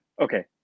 Okay